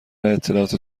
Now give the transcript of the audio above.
اطلاعات